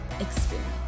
Experience